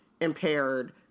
impaired